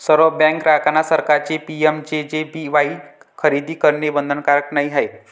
सर्व बँक ग्राहकांना सरकारचे पी.एम.जे.जे.बी.वाई खरेदी करणे बंधनकारक नाही आहे